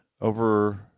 over